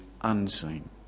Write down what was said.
unseen